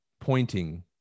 pointing